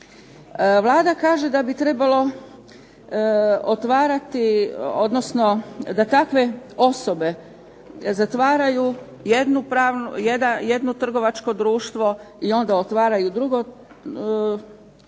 Vlada kaže da bi trebalo otvarati, odnosno da takve osobe zatvaraju jedno trgovačko društvo i onda otvaraju drugo trgovačko